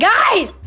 Guys